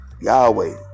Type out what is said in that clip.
Yahweh